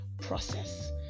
process